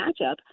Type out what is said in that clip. matchup